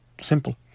Simple